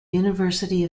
university